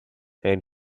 and